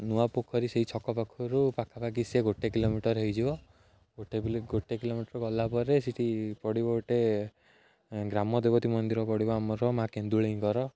ନୂଆ ପୋଖରୀ ସେଇ ଛକ ପାଖରୁ ପାଖା ପାଖି ସେ ଗୋଟେ କିଲୋମିଟର ହେଇଯିବ ଗୋଟେ ଗୋଟେ କିଲୋମିଟର ଗଲା ପରେ ସେଠି ପଡ଼ିବ ଗୋଟେ ଗ୍ରାମ ଦେବତୀ ମନ୍ଦିର ପଡ଼ିବ ଆମର ମା' କେନ୍ଦୁଳିଙ୍କର